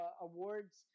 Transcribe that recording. awards